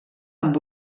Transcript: amb